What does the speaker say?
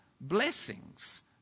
blessings